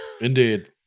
Indeed